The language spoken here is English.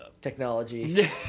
technology